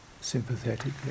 sympathetically